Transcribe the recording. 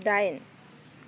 दाइन